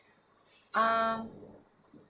um